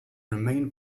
remained